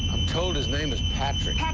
told his name is patrick.